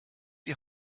die